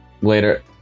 Later